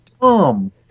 dumb